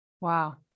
Wow